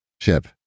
ship